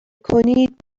کنید